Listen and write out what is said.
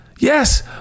Yes